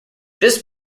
this